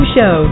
Show